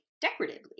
decoratively